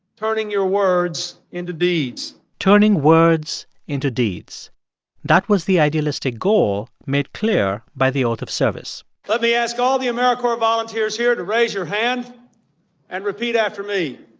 turning your words into deeds turning words into deeds that was the idealistic goal made clear by the oath of service let me ask all the americorps volunteers here to raise your hand and repeat after me.